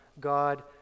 God